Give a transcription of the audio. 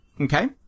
Okay